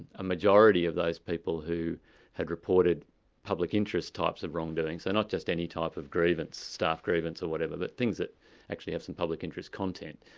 a majority of those people who had reported public interest types of wrongdoing, so not just any type of grievance, staff grievance, or whatever, but things that actually have some public interest content.